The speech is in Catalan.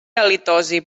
halitosi